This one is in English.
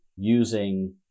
using